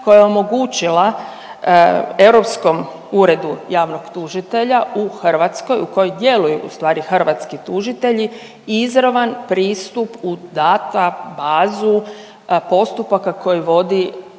koja je omogućila Europskom uredu javnog tužitelja u Hrvatskoj u kojoj djeluju u stvari hrvatski tužitelji izravan pristup u data bazu postupaka koji vodi